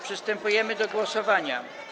Przystępujemy do głosowania.